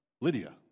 Lydia